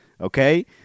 Okay